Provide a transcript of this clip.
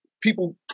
people